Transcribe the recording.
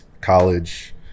college